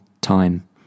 time